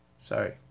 Sorry